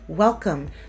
Welcome